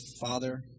father